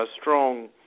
strong